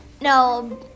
No